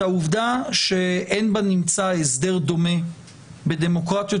את העובדה שאין בנמצא הסדר דומה בדמוקרטיות